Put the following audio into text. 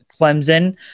Clemson